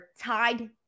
tied